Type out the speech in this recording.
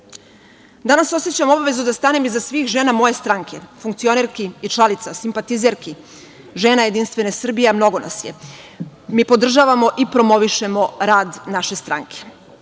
osećam obavezu da stanem iza svih žena moje stranke, funkcionerki i članica, simpatizerki, žena Jedinstvene Srbije, a mnogo nas je. Mi podržavamo i promovišemo rad naše stranke,